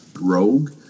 rogue